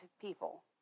people